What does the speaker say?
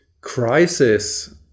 crisis